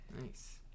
Nice